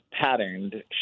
patterned